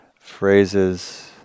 phrases